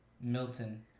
Milton